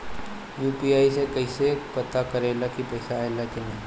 UPI से कईसे पता करेम की पैसा आइल की ना?